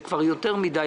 זה כבר יותר מדי.